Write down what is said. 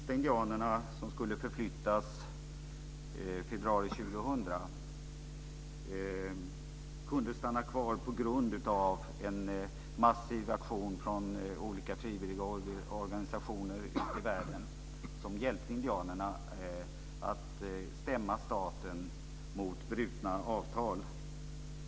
2000 kunde stanna kvar på grund av en massiv aktion från olika frivilliga organisationer i världen, som hjälpte indianerna att stämma staten när det gäller brutna avtal.